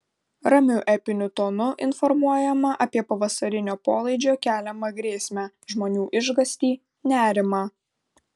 ramiu epiniu tonu informuojama apie pavasarinio polaidžio keliamą grėsmę žmonių išgąstį nerimą